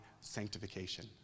sanctification